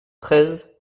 treize